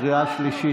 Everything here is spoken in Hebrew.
קריאה שלישית.